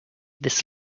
this